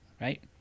right